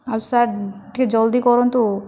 ଆଉ ସାର୍ ଟିକେ ଜଲ୍ଦି କରନ୍ତୁ